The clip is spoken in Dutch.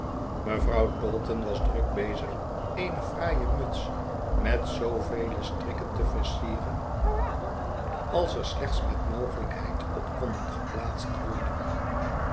mevrouw taunton was druk bezig eene fraaie muts met zoovele strikken te versieren als er slechts met mogelijkheid op konden geplaatst worden